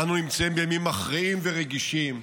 אנו נמצאים בימים מכריעים ורגישים,